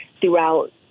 throughout